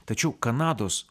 tačiau kanados